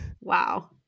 Wow